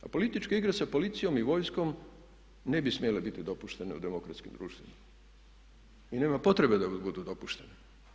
A političke igre sa policijom i vojskom ne bi smjele biti dopuštene u demokratskim društvima i nema potrebe da budu dopuštene.